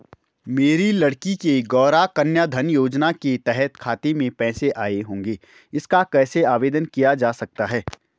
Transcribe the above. मेरी लड़की के गौंरा कन्याधन योजना के तहत खाते में पैसे आए होंगे इसका कैसे आवेदन किया जा सकता है?